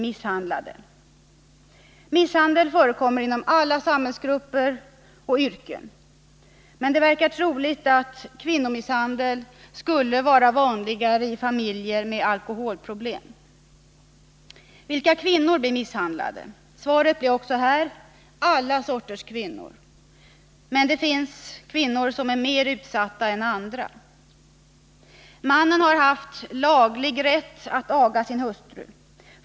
Misshandel förekommer inom alla samhällsgrupper och yrken. Men det verkar troligt att kvinnomisshandel skulle vara vanligare i familjer med alkoholproblem. Vilka kvinnor blir misshandlade? Svaret blir också här: alla sorters kvinnor. Men det finns kvinnor som är mer utsatta än andra. Mannen har haft laglig rätt att aga sin hustru.